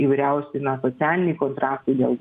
įvairiausi na socialiniai kontraktai vėlgi